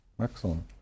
Excellent